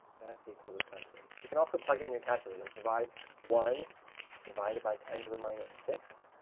that's equal to something. you can also plug it in your calculator. divide one divided by ten to the minus six,